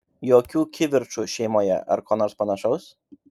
jokių kivirčų šeimoje ar ko nors panašaus